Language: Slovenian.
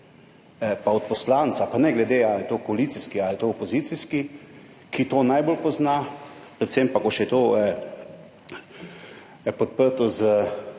in od poslanca, pa ne glede, ali je to koalicijski ali opozicijski, ki to najbolj pozna, predvsem pa, ko je še to podprto z